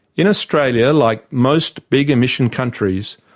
in australia, like most big emission countries,